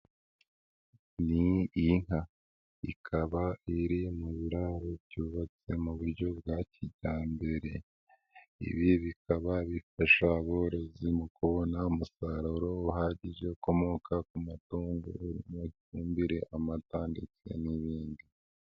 Iyi ni inka. Ikaba iri mu biraro byubatse mu buryo bwa kijyambere. Ibi bikaba bifasha aborozi mu kubona umusaruro uhagije ukomoka ku matungo, urugero ifumbire, amata ndetse n'ibindi.